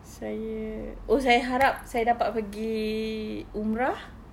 saya oh saya harap saya dapat pergi umrah